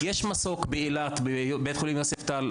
יש מסוק באילת בבית חולים יוספטל,